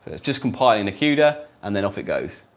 it's just compiling the cuda and then off it goes.